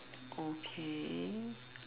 okay